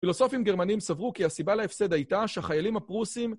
פילוסופים גרמנים סברו כי הסיבה להפסד הייתה שהחיילים הפרוסים...